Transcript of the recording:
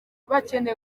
bakeneye